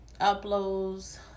uploads